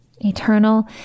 Eternal